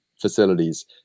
facilities